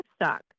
Livestock